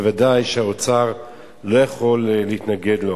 ודאי שהאוצר לא יכול להתנגד לו.